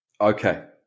okay